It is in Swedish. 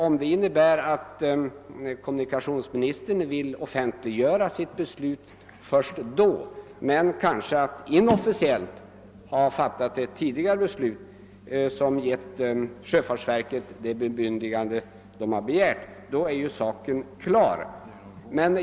Om svaret innebär att kommunikationsministern vill offentliggöra sitt beslut först då statsverkspropositionen läggs fram men kanske inofficiellt tidigare beslutat ge sjöfartsverket det begärda bemyndigandet är saken klar.